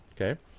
Okay